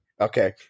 Okay